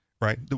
right